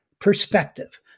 perspective